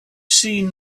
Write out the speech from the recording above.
seen